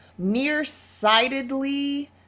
nearsightedly